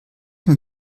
man